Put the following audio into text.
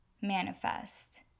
manifest